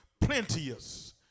Plenteous